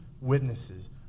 witnesses